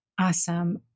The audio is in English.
Awesome